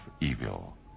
evil